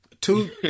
Two